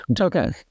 okay